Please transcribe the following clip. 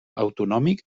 autonòmic